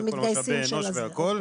משאבי אנוש והכול,